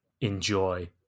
enjoy